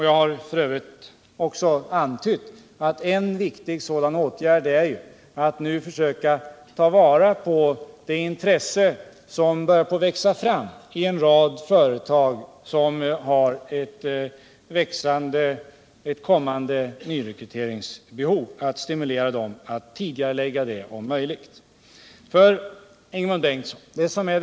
Jag har f. ö. också antytt att en viktig åtgärd är att nu försöka ta vara på det intresse som börjar växa fram i en rad företag, som har ett kommande nyrekryteringsbehov, och stimulera dem till att om möjligt tidigarelägga nyanställningarna.